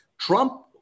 Trump